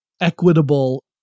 equitable